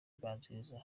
ibanziriza